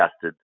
tested